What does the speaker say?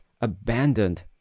abandoned